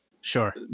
sure